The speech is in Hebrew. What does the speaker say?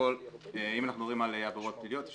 אנחנו מדברים על עבירות פליליות,